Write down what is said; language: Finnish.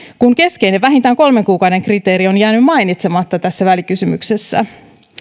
kun keskeinen vähintään kolmen kuukauden kriteeri on jäänyt mainitsematta tässä välikysymyksessä